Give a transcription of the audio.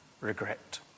regret